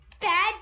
Bad